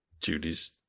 judy's